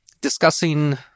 discussing